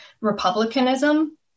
republicanism